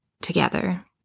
together